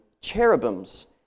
cherubims